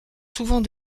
souvent